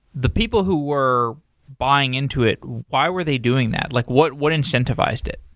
the people who were buying into it, why were they doing that? like what what incentivized it?